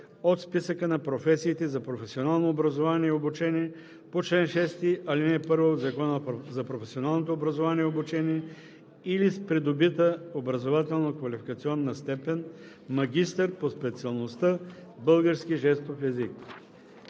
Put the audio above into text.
от Списъка на професиите за професионално образование и обучение по чл. 6, ал. 1 от Закона за професионалното образование и обучение или е с придобита образователно-квалификационна степен „магистър“ по специалността „Български жестов език“.